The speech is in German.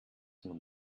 man